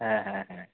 হ্যাঁ হ্যাঁ হ্যাঁ